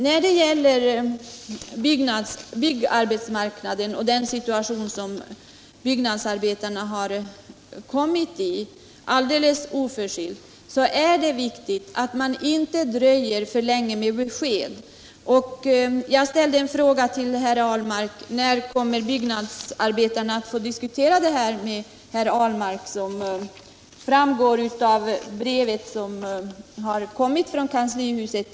När det gäller byggarbetsmarknaden och den situation som byggnads = Nr 122 arbetarna har kommit i alldeles oförskyllt, är det viktigt att man inte Tisdagen den dröjer för länge med besked. 3 maj 1977 Jag ställde en fråga till herr Ahlmark: När kommer byggnadsarbetarna —— Li att få diskutera med herr Ahlmark om den situation som berörs i brevet — Om åtgärder för att från Byggnads till kanslihuset?